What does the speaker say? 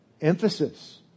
emphasis